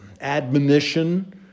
admonition